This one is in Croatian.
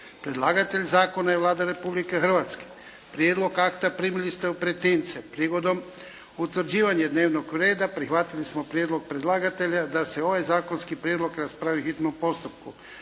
Predlagatelj zakona je Vlada Republike Hrvatske. Prijedlog akta primili ste u pretince. Prigodom utvrđivanja dnevnog reda prihvatili smo prijedlog predlagatelja da se ovaj zakonski prijedlog raspravi u hitnom postupku.